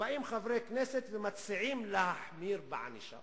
שבאים חברי כנסת ומציעים להחמיר בענישה,